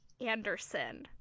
Anderson